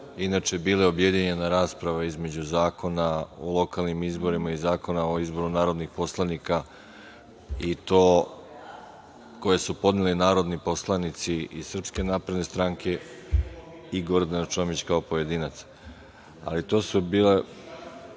inače bila je objedinjena rasprava između Zakona o lokalnim izborima i Zakona o izboru narodnih poslanika i to koje su podneli narodni poslanici iz SNS i Gordana Čomić kao pojedinac. To je bila